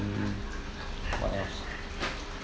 hmm what else